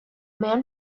man